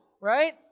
right